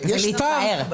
ולהתפאר.